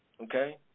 Okay